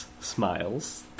Smiles